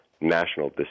national